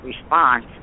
response